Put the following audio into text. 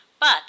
But